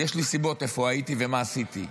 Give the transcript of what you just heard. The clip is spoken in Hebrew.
יש לי סיבות, איפה הייתי ומה עשיתי,